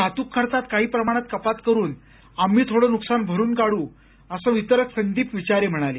वाहतूक खर्चात काही प्रमाणात कपात करुन आम्ही थोडं नुकसान भरून काळू असं वितरक संदीप विचारे म्हणाले